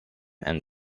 and